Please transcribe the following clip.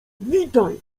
witaj